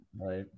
Right